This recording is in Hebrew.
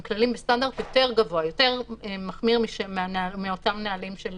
הם כללים בסטנדרט יותר גבוה ומחמיר מאותם נהלים של